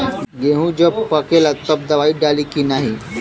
गेहूँ जब पकेला तब दवाई डाली की नाही?